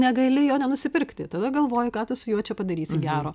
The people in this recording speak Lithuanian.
negali jo nenusipirkti tada galvoji ką tu su juo čia padarysi gero